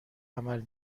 عمل